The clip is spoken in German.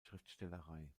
schriftstellerei